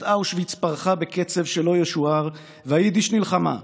אושוויץ פרחה בקצב שלא ישוער / והיידיש נלחמה.